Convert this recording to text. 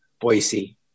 Boise